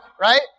Right